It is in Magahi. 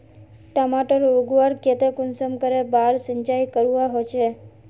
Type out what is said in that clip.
टमाटर उगवार केते कुंसम करे बार सिंचाई करवा होचए?